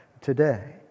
today